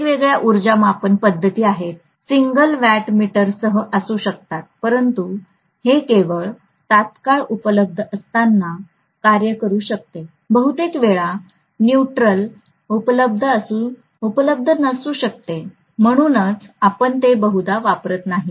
वेगवेगळ्या उर्जा मापन पद्धती आहेत सिंगल वॅट मीटरसह असू शकतात परंतु हे केवळ तात्काळ उपलब्ध असताना कार्य करू शकते बहुतेक वेळा न्यूट्रल उपलब्ध नसू शकते म्हणूनच आपण ते बहुदा वापरत नाही